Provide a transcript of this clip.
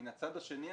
מן הצד השני,